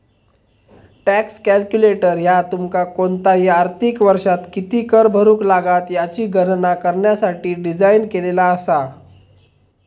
tax calculator ह्या तुमका कोणताही आर्थिक वर्षात किती कर भरुक लागात याची गणना करण्यासाठी डिझाइन केलेला असा